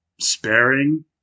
sparing